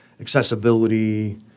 Accessibility